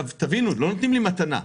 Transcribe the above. תבינו, לא נותנים לי מתנה.